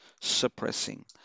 suppressing